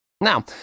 Now